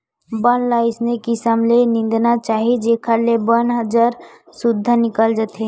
बन ल अइसे किसम ले निंदना चाही जेखर ले बन ह जर सुद्धा निकल जाए